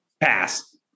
Pass